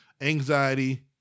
anxiety